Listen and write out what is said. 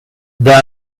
there